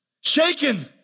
Shaken